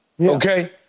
okay